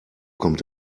kommt